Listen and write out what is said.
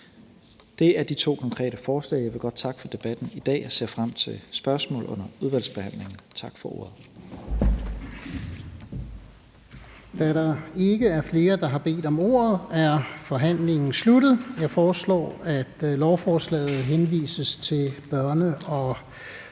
Det er de to konkrete forslag, og jeg vil godt takke for debatten i dag, og jeg ser frem til spørgsmålene under udvalgsbehandlingen. Tak for ordet.